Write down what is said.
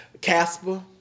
Casper